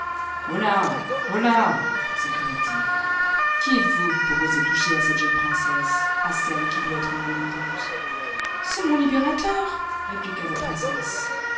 holà holà s écria t il qui êtes-vous pour oser toucher à cette jeune princesse à celle qui doit être mon épouse c'est mon libérateur répliqua la princesse